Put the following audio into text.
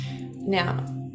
now